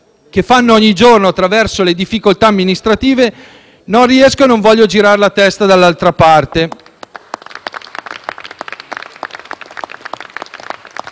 fanno ogni giorno attraverso varie difficoltà amministrative, non riesco e non voglio girare la testa dall'altra parte.